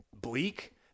bleak